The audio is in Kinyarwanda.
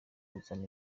kuzana